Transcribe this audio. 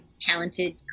talented